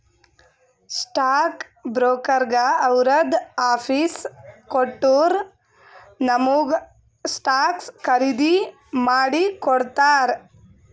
stock ಬ್ರೋಕರ್ಗ ಅವ್ರದ್ fees ಕೊಟ್ಟೂರ್ ನಮುಗ ಸ್ಟಾಕ್ಸ್ ಖರ್ದಿ ಮಾಡಿ ಕೊಡ್ತಾರ್